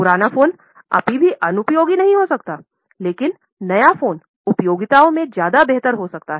पुराना फोन अभी भी अनुपयोगी नहीं हो सकता है लेकिन नया फोन उपयोगिताओं मे ज्यादा बेहतर हो सकता है